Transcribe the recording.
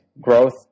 growth